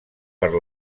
per